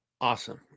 Awesome